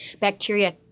Bacteria